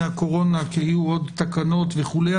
הקורונה כי יהיו עוד תקנות וכולי.